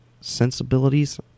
sensibilities